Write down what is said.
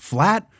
Flat